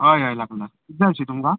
हय हय लागला कितें जाय शी तुमकां